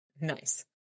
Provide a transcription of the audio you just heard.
Nice